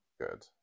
Good